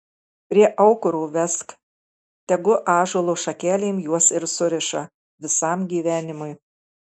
prie aukuro vesk tegu ąžuolo šakelėm juos ir suriša visam gyvenimui